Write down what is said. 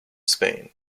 spain